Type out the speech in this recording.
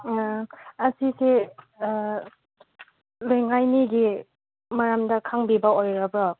ꯑꯁꯤꯁꯦ ꯂꯨꯏ ꯉꯥꯏꯅꯤꯒꯤ ꯃꯔꯝꯗ ꯈꯪꯕꯤꯕꯥ ꯑꯣꯏꯔꯕꯣ